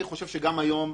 כמה מס הכנסה נשלם,